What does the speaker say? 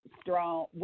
strong